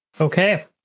Okay